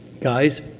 Guys